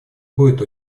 будет